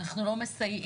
אנחנו לא מסייעים.